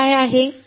हे काय आहे